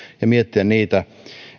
ja miettiä niitä